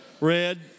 red